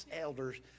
elders